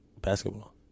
Basketball